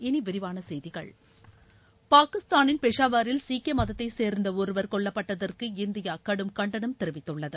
இனி விரிவான செய்திகள் பாகிஸ்தானின் பெஷாவரில் சீக்கிய மதத்தைச் சேர்ந்த ஒருவர் கொல்லப்பட்டதற்கு இந்தியா கடும் கண்டனம் தெரிவித்துள்ளது